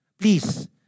Please